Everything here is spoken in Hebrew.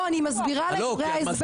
לא, אני מסבירה לה את דברי ההסבר.